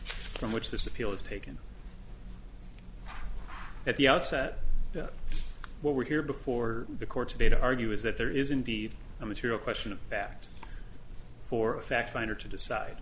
which this appeal is taken at the outset what we hear before the court today to argue is that there is indeed a material question of that for a fact finder to decide